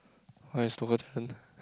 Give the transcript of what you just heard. what is local talent